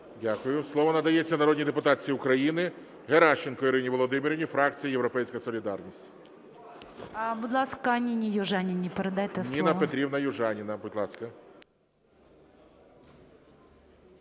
Дякую. Слово надається народній депутатці України Геращенко Ірині Володимирівні, фракція "Європейська солідарність". 17:05:26 ГЕРАЩЕНКО І.В. Будь ласка, Ніні Южаніній передайте слово. ГОЛОВУЮЧИЙ. Ніна Петрівна Южаніна, будь ласка.